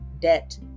debt